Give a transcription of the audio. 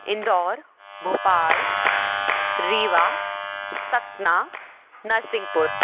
Indore Bhopal Rewa Satna Narsinghpur